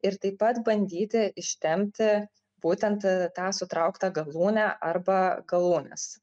ir taip pat bandyti ištempti būtent tą sutrauktą galūnę arba galūnes